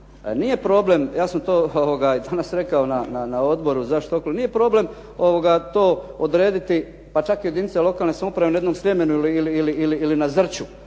Nije problem, ja sam to danas rekao i na odboru, nije problem to odrediti pa čak jedinice lokalne samouprave na jednom Sljemenu ili na Zrću.